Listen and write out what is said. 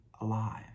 alive